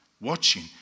watching